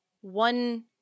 one